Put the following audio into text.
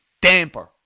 damper